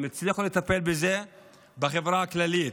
הם הצליחו לטפל בזה בחברה הכללית.